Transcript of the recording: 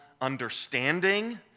understanding